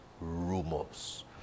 Rumors